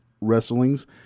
wrestlings